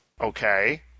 Okay